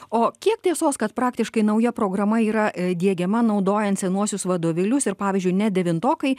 o kiek tiesos kad praktiškai nauja programa yra diegiama naudojant senuosius vadovėlius ir pavyzdžiui net devintokai